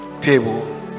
table